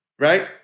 Right